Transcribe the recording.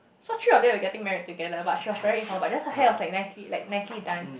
so three of them were getting married together but she was very informal just her hair was like nicely like nicely done